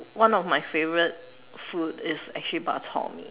one of my favourite food is actually Bak-Chor-Mee